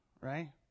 Right